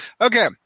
Okay